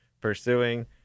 pursuing